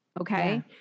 Okay